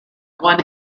one